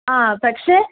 ആ പക്ഷേ